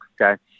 okay